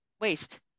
waste